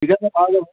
ঠিক আছে পাই যাব